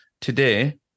today